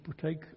partake